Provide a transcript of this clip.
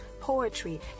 poetry